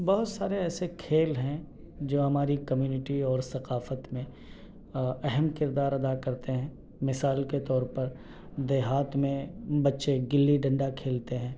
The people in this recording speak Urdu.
بہت سارے ایسے کھیل ہیں جو ہماری کمیونٹی اور ثقافت میں اہم کردار ادا کرتے ہیں مثال کے طور پر دیہات میں بچے گلی ڈنڈا کھیلتے ہیں